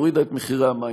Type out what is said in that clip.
והורידה את מחירי המים,